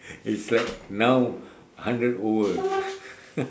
it's like now hundred over